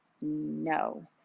no